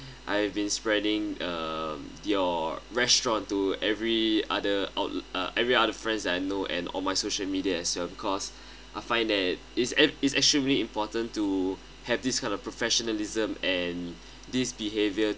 I've been spreading um your restaurant to every other out~ uh every other friends that I know and on my social media as well because I find that is eh is extremely important to have this kind of professionalism and this behavior